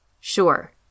Sure